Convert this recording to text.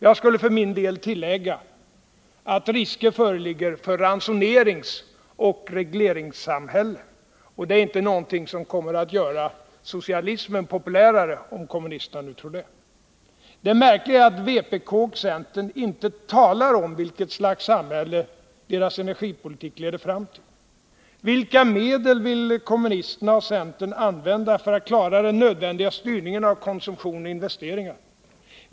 Jag skulle för min del tillägga att risker föreligger för ett ransoneringsoch regleringssamhälle, och det är inte någonting som kommer att göra socialismen populärare, om kommunisterna nu tror det. Det märkliga är att vpk och centern inte talar om vilket slags samhälle deras energipolitik leder fram till. Vilka medel vill kommunisterna och centern använda för att klara den nödvändiga styrningen av konsumtion och investeringar?